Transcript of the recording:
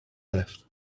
left